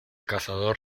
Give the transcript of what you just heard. cazador